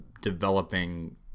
developing